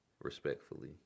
respectfully